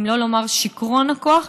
אם לא לומר את שיכרון הכוח,